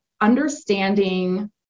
understanding